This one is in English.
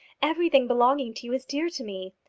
everything belonging to you is dear to me.